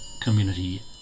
community